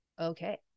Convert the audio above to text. okay